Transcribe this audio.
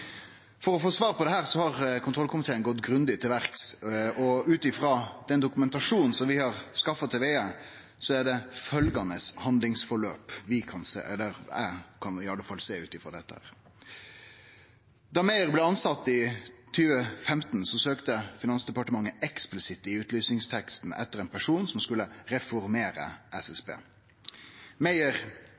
har kontrollkomiteen gått grundig til verks, og ut ifrå den dokumentasjonen som vi har skaffa til vegar, er det følgjande handlingsutvikling vi, eller i alle fall eg, kan sjå ut ifrå dette: Da Meyer blei tilsett i 2015, søkte Finansdepartementet eksplisitt i utlysingsteksten etter ein person som skulle reformere SSB.